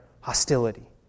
hostility